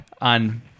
on